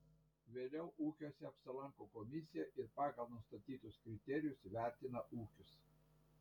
vėliau ūkiuose apsilanko komisija ir pagal nustatytus kriterijus vertina ūkius